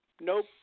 Nope